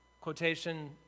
quotation